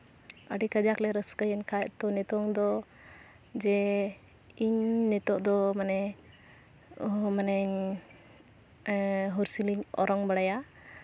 ᱟᱹᱰᱤ ᱠᱟᱡᱟᱠ ᱞᱮ ᱨᱟᱹᱥᱠᱟᱹᱭᱮᱱ ᱠᱷᱟᱱ ᱛᱳ ᱱᱤᱛᱚᱝ ᱫᱚ ᱡᱮ ᱤᱧ ᱱᱤᱛᱚᱜ ᱫᱚ ᱢᱟᱱᱮ ᱢᱟᱱᱮᱧ ᱦᱩᱭᱥᱮᱞᱮᱧ ᱚᱨᱚᱝ ᱵᱟᱲᱟᱭᱟ